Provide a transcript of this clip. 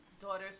daughter's